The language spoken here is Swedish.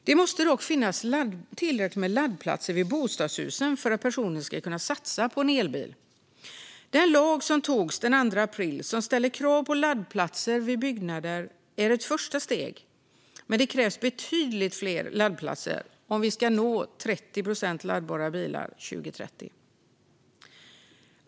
Det måste dock finns tillräckligt med laddplatser vid bostadshusen för att personer ska kunna satsa på en elbil. Den lag som antogs den 2 april och som ställer krav på laddplatser vid byggnader är ett första steg, men det krävs betydligt fler laddplatser om vi ska nå 30 procent laddbara bilar 2030.